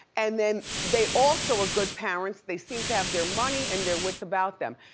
and then they also are good parents. they seem to have their money and their wits about them.